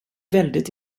väldigt